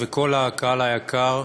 וכל הקהל היקר,